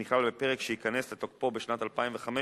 הנכלל בפרק שייכנס לתוקפו בשנת 2015,